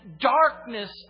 darkness